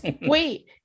wait